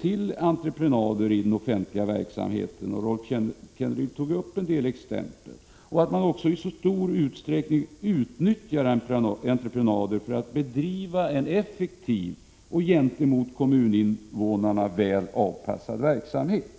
till entreprenader i den offentliga verksamheten. Rolf Kenneryd gav en rad exempel. Han sade att kommunerna i stor utsträckning utnyttjar entreprenader för att bedriva en effektiv och gentemot kommuninvånarna väl avpassad verksamhet.